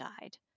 guide